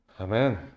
Amen